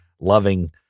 loving